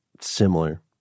similar